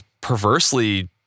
perversely